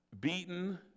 beaten